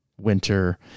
winter